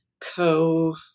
co